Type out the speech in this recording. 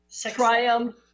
triumph